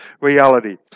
reality